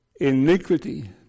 iniquity